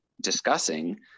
discussing